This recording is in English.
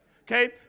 Okay